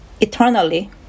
Eternally